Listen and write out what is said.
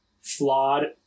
flawed